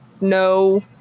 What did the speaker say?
No